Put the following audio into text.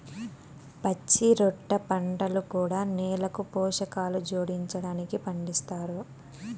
పచ్చిరొట్ట పంటలు కూడా నేలకు పోషకాలు జోడించడానికి పండిస్తారు